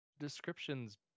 Descriptions